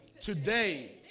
today